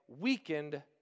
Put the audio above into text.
weakened